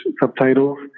subtitles